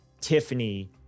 Tiffany